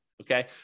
Okay